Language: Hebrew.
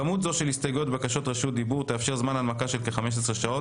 כמות זאת של הסתייגויות ובקשות רשות דיבור תאפשר זמן הנמקה של 15 שעות.